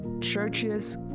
churches